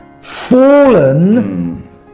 fallen